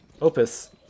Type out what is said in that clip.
Opus